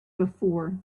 before